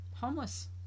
homeless